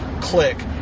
click